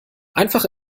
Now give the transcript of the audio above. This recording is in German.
einfach